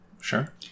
Sure